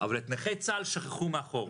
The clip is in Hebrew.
אבל את נכי צה"ל שכחו מאחור.